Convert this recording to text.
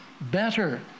better